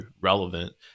relevant